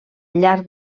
llarg